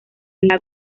lago